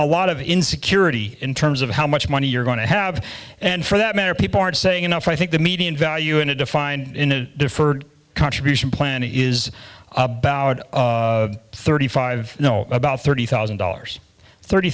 a lot of insecurity in terms of how much money you're going to have and for that matter people aren't saying enough i think the median value in a defined in a deferred contribution plan is about thirty five you know about thirty thousand dollars thirty